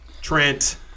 Trent